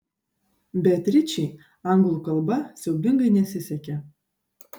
beatričei anglų kalba siaubingai nesisekė